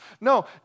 No